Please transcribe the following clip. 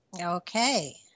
Okay